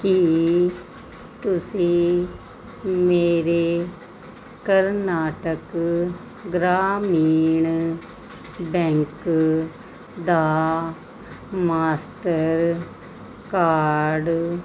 ਕੀ ਤੁਸੀਂਂ ਮੇਰੇ ਕਰਨਾਟਕ ਗ੍ਰਾਮੀਣ ਬੈਂਕ ਦਾ ਮਾਸਟਰਕਾਰਡ